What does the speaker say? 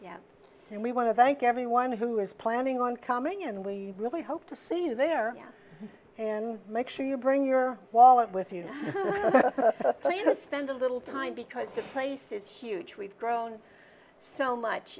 yeah and we want to thank everyone who is planning on coming and we really hope to see you there and make sure you bring your wallet with you know spend a little time because the place is huge we've grown so much